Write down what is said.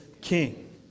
King